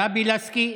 גבי לסקי,